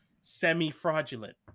semi-fraudulent